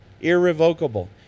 Irrevocable